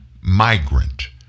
migrant